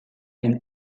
and